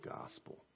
gospel